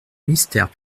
mystère